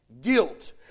Guilt